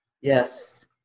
yes